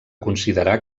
considerar